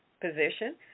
position